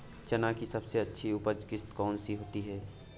चना की सबसे अच्छी उपज किश्त कौन सी होती है?